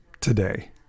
today